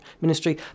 ministry